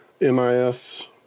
MIS